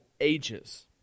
ages